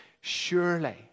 surely